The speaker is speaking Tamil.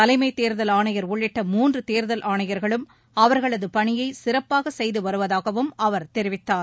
தலைமைத் தேர்தல் ஆணையர் உள்ளிட்ட மூன்று தேர்தல் ஆணையர்களும் அவர்களது பணியை சிறப்பாக செய்து வருவதாகவும் அவர் தெரிவித்தார்